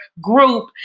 group